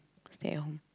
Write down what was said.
stay at home